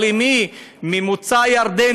אבל אם היא ממוצא ירדני,